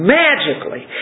magically